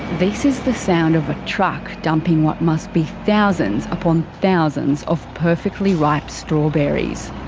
this is the sound of a truck dumping what must be thousands upon thousands of perfectly ripe strawberries.